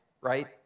right